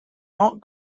art